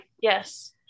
Yes